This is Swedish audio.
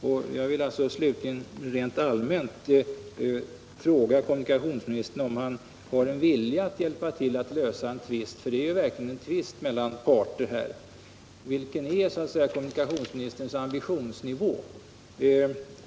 Slutligen vill jag rent allmänt fråga kommunikationsministern om han har en vilja att hjälpa till att lösa en tvist — för det är ju verkligen här en tvist mellan parter. Vilken är kommunikationsministerns ambitionsnivå?